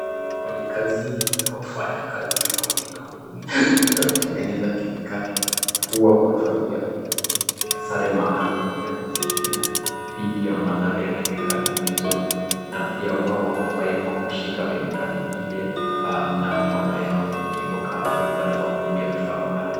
Kwenye kazi unaofanya kazi kwenye kampuni za kutengeneza kemikali huwa wanavalia sare maalum ya kujikinga dhidi ya madhara ya kemikali hizo na pia wao hawafai kushika kemikali ile na mikono yao iwekavu. Wanfaa kutumia vifaa maalum.